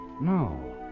No